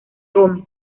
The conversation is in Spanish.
gómez